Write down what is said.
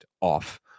off